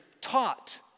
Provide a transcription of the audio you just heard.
taught